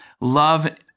Love